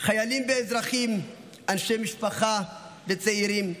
חיילים ואזרחים, אנשי משפחה וצעירים,